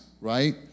right